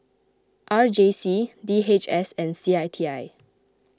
R J C D H S and C I T I